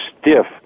stiff